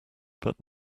but